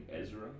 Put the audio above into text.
Ezra